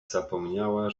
zapomniała